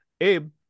Abe